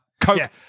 Coke –